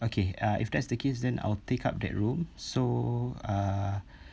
okay uh if that's the case then I'll take up that room so uh